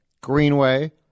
Greenway